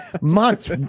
months